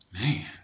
man